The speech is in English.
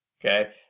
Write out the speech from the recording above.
okay